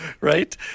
Right